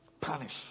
punish